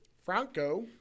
Franco